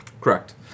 Correct